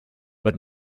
but